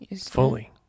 fully